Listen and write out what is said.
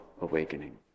awakening